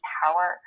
power